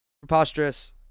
preposterous